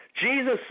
Jesus